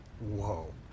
Whoa